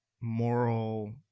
moral